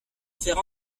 faire